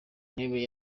ntebe